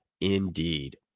Indeed